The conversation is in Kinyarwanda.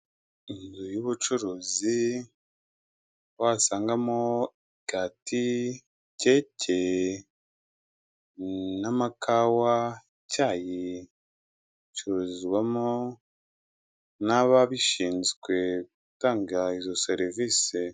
Inzu y'ubucuruzi, wasangamo imigati, keke n'amakawa, icyayi, icuruzwamo n'ababishinzwe gutanga izo serivisi.